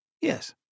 Yes